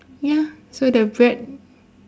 ya so the bread